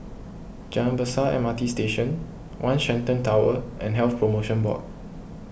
Jalan Besar M R T Station one Shenton Tower and Health Promotion Board